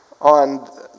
on